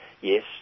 yes